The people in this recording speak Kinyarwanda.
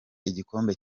igikombe